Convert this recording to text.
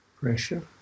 Pressure